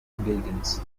buildings